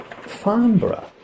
Farnborough